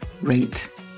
rate